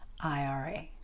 IRA